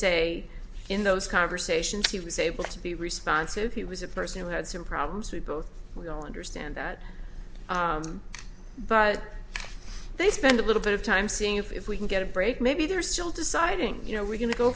say in those conversations he was able to be responsive he was a person who had some problems we both we all understand that but they spend a little bit of time seeing if we can get a break maybe they're still deciding you know we're going to go